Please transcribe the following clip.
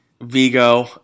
Vigo